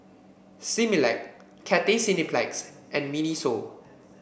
Similac Cathay Cineplex and Miniso